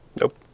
Nope